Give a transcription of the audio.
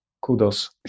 Kudos